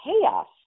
chaos